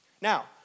Now